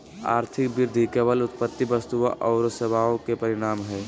आर्थिक वृद्धि केवल उत्पादित वस्तुओं औरो सेवाओं के परिमाण हइ